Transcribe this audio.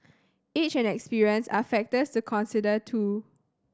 age and experience are factors to consider too